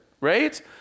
right